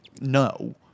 no